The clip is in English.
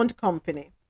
company